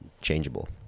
changeable